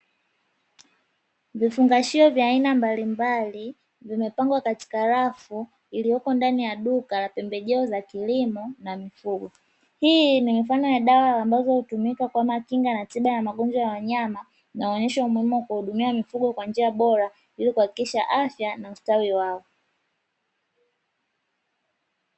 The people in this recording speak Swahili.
Vifungashio vya aina mbalimbali vimepangwa katika rafu, iliyoko ndani ya duka la pembejeo za kilimo na mifugo. Hii ni mifano ya dawa ambazo hutumika kama kinga na tiba ya magonjwa ya wanyama, na huonesha umuhimu wa kuhudumia mifugo kwa njia bora ili kuhakikisha afya na ustawi wao.